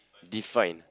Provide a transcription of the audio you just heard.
define